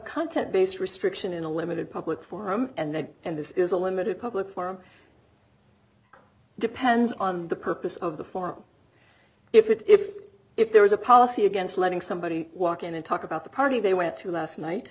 content based restriction in a limited public forum and then and this is a limited public forum depends on the purpose of the form if if there is a policy against letting somebody walk in and talk about the party they went to last night